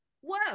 whoa